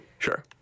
Sure